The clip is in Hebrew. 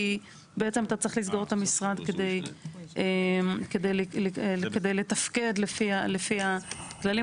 כי בעצם אתה צריך לסגור את המשרד כדי לתפקד לפי הכללים.